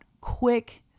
quick